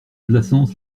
blassans